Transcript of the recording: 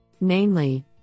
Namely